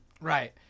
Right